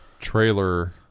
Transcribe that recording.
trailer